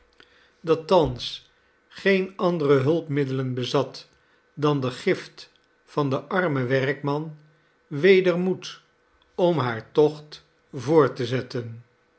dat thans geene andere hulpmiddelen bezat dan de gift van den armen werkman weder moed om haar tocht voort te zetten